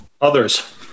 Others